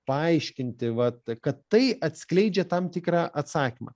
paaiškinti vat kad tai atskleidžia tam tikrą atsakymą